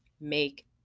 make